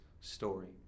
story